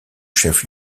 chef